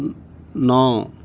ਨੌ